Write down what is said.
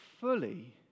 fully